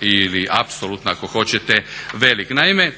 ili apsolutno ako hoćete velik. Naime,